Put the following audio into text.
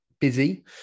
busy